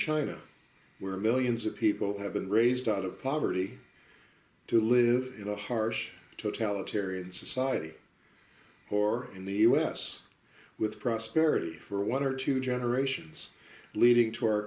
china where millions of people have been raised out of poverty to live in a harsh totalitarian society or in the us with prosperity for one or two generations leading to our